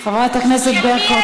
חברת הכנסת ברקו,